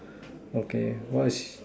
okay what is